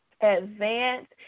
advance